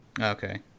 Okay